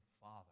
Father